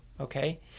okay